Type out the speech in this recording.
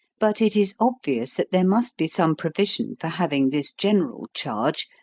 but it is obvious that there must be some provision for having this general charge,